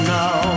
now